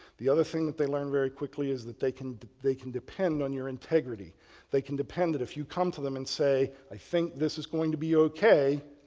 the other thing that they learn very quickly is that they can they can depend on your integrity they can depend that if you come to them and say i think this is going to be ok,